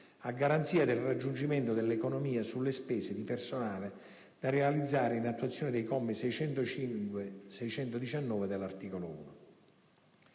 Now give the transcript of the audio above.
a garanzia del raggiungimento delle economie sulle spese di personale da realizzare in attuazione dei commi da 605 al 619 dell'articolo 1.